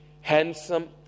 handsome